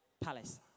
Palace